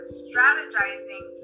strategizing